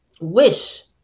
wish